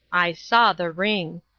i saw the ring.